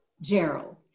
Gerald